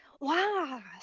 Wow